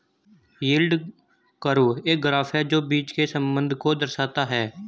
yield curve एक graph है जो बीच के संबंध को दर्शाता है